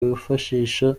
bifashisha